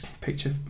picture